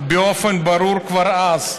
באופן ברור כבר אז,